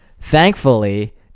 Thankfully